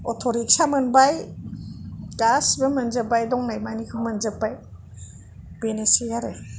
अथ' रिक्सा मोनबाय गासिबो मोनजोबबाय दंनाय मानिखौ मोनजोबबाय बेनोसै आरो